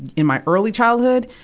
in my early childhood,